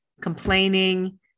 complaining